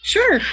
Sure